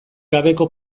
gabeko